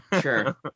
Sure